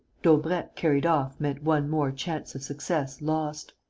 daubrecq carried off meant one more chance of success lost.